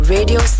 Radio